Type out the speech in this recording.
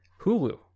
Hulu